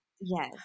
Yes